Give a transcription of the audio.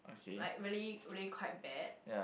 like really really quite bad